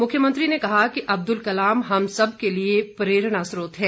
मुख्यमंत्री ने कहा कि अब्दुल कलाम हम सब के लिए प्रेरणा स्रोत हैं